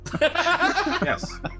Yes